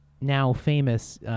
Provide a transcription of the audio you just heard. now-famous